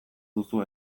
duzu